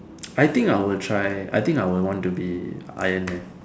I think I will try I think I would want to be Iron-man